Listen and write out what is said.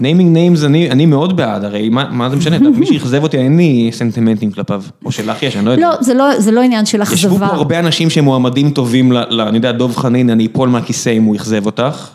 Naming names, אני אני מאוד בעד, הרי מה מה זה משנה, מי שאכזב אותי, אין לי סנטימנטים כלפיו. או שלך יש, אני לא יודע. לא, זה לא עניין של אכזבה. ישבו פה הרבה אנשים שמועמדים טובים ל.. אני יודע, דב חנין, אני איפול מהכיסא אם הוא אכזב אותך.